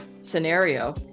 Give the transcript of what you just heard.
scenario